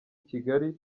kigali